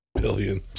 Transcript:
Billion